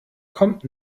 kommt